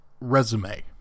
resume